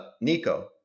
Nico